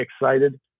excited